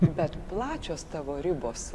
bet plačios tavo ribos